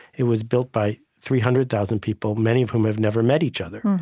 it was built by three hundred thousand people, many of whom have never met each other.